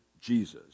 Jesus